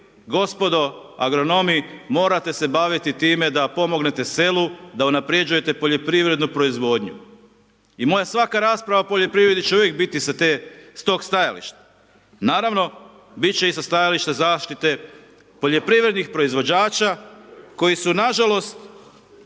Gospodo agronomi, morate se baviti time da pomognete selu, da unapređujete poljoprivrednu proizvodnju.>, i moja svaka rasprava o poljoprivredi će uvijek biti sa te, s tog stajališta. Naravno, bit će i sa stajališta zaštite poljoprivrednih proizvođača, koji su nažalost